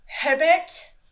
Herbert